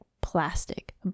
plastic